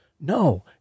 No